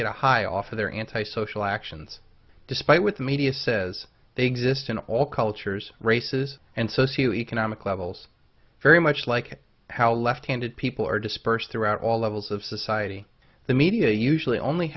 get high off of their anti social actions despite what the media says they exist in all cultures races and socio economic levels very much like how left handed people are dispersed throughout all levels of society the media usually only